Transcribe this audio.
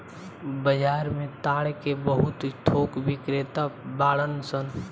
बाजार में ताड़ के बहुत थोक बिक्रेता बाड़न सन